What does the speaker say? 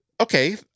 okay